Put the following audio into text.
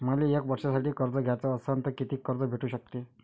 मले एक वर्षासाठी कर्ज घ्याचं असनं त कितीक कर्ज भेटू शकते?